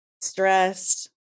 stressed